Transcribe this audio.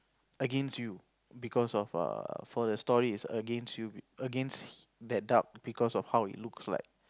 against you because of err for the story it's against you against that duck because of how it looks like